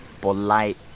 Polite